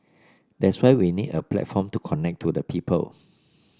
that's why we need a platform to connect to the people